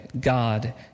God